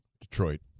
Detroit